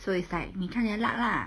so it's like 你看你的 luck lah